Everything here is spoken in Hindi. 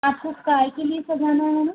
आपको काय के लिए सजाना है मैडम